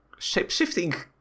shapeshifting